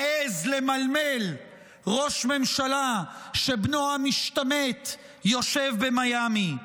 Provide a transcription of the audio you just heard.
מעז למלמל ראש ממשלה שבנו המשתמט יושב במיאמי.